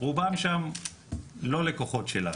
רובם שם לא לקוחות שלנו.